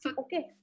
okay